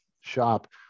shop